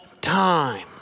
time